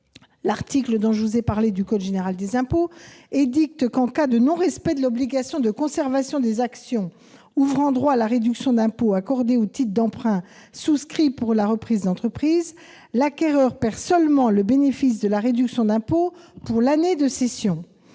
l'article 199-0 B du code général des impôts dispose que, en cas de non-respect de l'obligation de conservation des actions ouvrant droit à réduction d'impôt accordée au titre d'emprunts souscrits pour la reprise d'une entreprise, l'acquéreur perd seulement le bénéfice de la réduction d'impôt pour l'année de cession